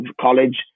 college